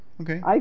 Okay